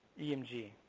EMG